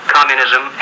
Communism